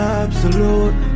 absolute